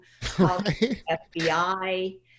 FBI